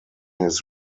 his